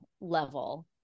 level